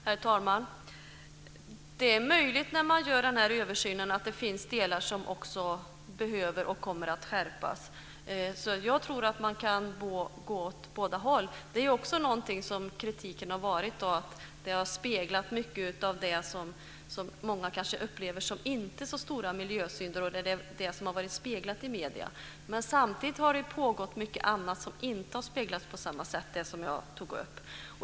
Herr talman! Det är möjligt, när man gör den här översynen, att det finns delar som också behöver skärpas och kommer att skärpas. Jag tror att man gå åt båda håll. Det är också något som kritiken har handlat om, att det här har speglat mycket av sådant som människor kanske inte upplever som så stora miljösynder. Det är det som har speglats i medierna. Samtidigt har det pågått mycket annat som inte har speglats på samma sätt. Det var det jag tog upp.